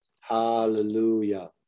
Hallelujah